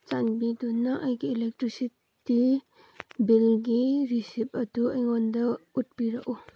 ꯆꯥꯟꯕꯤꯗꯨꯅ ꯑꯩꯒꯤ ꯏꯂꯦꯛꯇ꯭ꯔꯤꯁꯤꯇꯤ ꯕꯤꯜꯒꯤ ꯔꯤꯁꯤꯞ ꯑꯗꯨ ꯑꯩꯉꯣꯟꯗ ꯎꯠꯄꯤꯔꯛꯎ